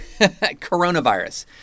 coronavirus